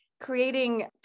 creating